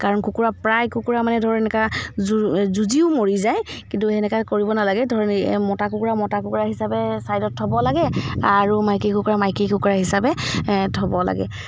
কাৰণ কুকুৰা প্ৰায় কুকুৰা মানে ধৰ এনেকুৱা জু যুঁজিও মৰি যায় কিন্তু তেনেকুৱা কৰিব নালাগে ধৰ মতা কুকুৰা মতা কুকুৰা হিচাপে ছাইডত থ'ব লাগে আৰু মাইকী কুকুৰা মাইকী কুকুৰা হিচাপে থ'ব লাগে